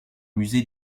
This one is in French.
musée